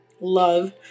love